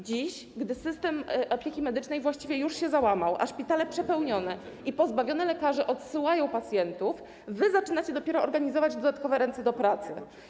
Dziś, gdy system opieki medycznej właściwie już się załamał, a szpitale przepełnione i pozbawione lekarzy odsyłają pacjentów, wy zaczynacie dopiero organizować dodatkowe ręce do pracy.